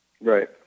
Right